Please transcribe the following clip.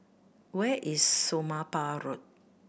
where is Somapah Road